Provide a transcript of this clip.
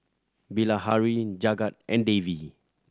Bilahari Jagat and Devi